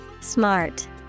Smart